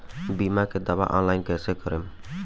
बीमा के दावा ऑनलाइन कैसे करेम?